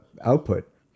output